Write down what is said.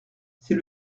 c’est